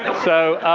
and so